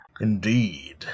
Indeed